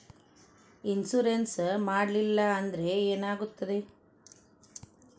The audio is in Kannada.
ಇನ್ಶೂರೆನ್ಸ್ ಮಾಡಲಿಲ್ಲ ಅಂದ್ರೆ ಏನಾಗುತ್ತದೆ?